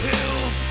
Hills